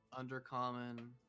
undercommon